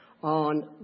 On